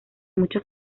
muchos